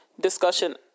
discussion